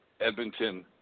Edmonton –